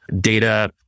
data